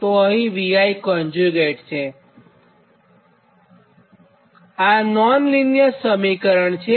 તો અહીં Vi છે અને Vi પણ છે આ નોન -લીનીયર સમીકરણ છે